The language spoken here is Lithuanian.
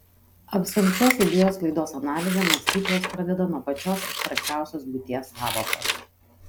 absoliučios idėjos sklaidos analizę mąstytojas pradeda nuo pačios abstrakčiausios būties sąvokos